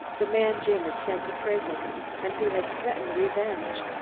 the man jim had sent to prison and who had threatened revenge.